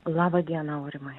laba diena aurimai